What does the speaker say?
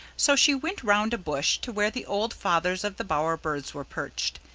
so she went round a bush to where the old fathers of the bower birds were perched.